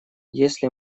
если